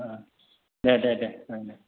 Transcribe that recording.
दे दे दे